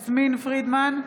פרידמן,